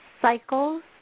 cycles